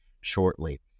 shortly